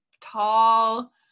tall